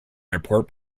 airport